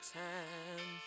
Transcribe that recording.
time